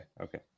Okay